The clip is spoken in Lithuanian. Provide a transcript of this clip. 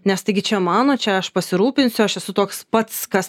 nes taigi čia mano čia aš pasirūpinsiu aš esu toks pats kas